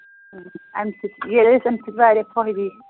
اَمہِ سۭتۍ ییٚلہِ اَسہِ اَمہِ سۭتۍ واریاہ فٲہدٕ یہِ